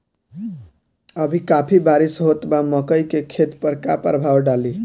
अभी काफी बरिस होत बा मकई के खेत पर का प्रभाव डालि?